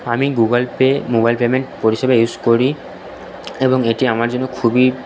আমি Google Pay mobile payment পরিষেবা use করি এবং এটি আমার জন্য খুবই